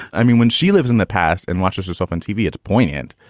i mean, when she lives in the past and watches herself on tv, it's poignant.